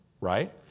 right